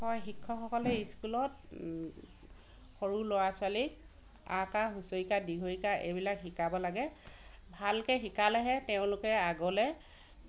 হয় শিক্ষকসকলে স্কুলত সৰু ল'ৰা ছোৱালীক আ কাৰ হ্ৰস্ৱ ই কাৰ দীৰ্ঘ ঈ কাৰ এইবিলাক শিকাব লাগে ভালকে শিকালেহে তেওঁলোকে আগলে